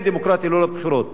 אין דמוקרטיה ללא בחירות.